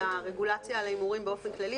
לרגולציה על הימורים באופן כללי,